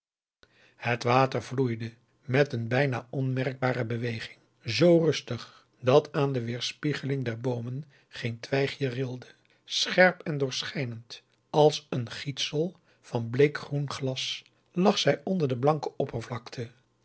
het water vloeide met een bijna onmerkbare beweging zoo rustig dat aan de weerspiegeling der boomen geen twijgje trilde scherp en doorschijnend als een gietsel van augusta de wit orpheus in de dessa bleekgroen glas lag zij onder de blanke oppervlakte